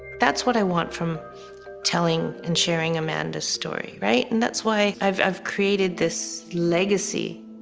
that's what i want from telling and sharing amanda's story, right? and that's why i've i've created this legacy.